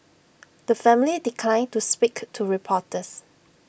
the family declined to speak to reporters